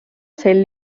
sel